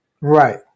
Right